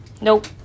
Nope